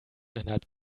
innerhalb